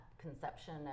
conception